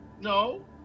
no